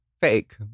Fake